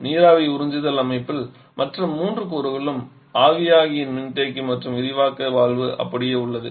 நீராவி உறிஞ்சுதல் அமைப்பில் மற்ற மூன்று கூறுகளும் ஆவியாகும் மின்தேக்கி மற்றும் விரிவாக்க வால்வு அப்படியே உள்ளது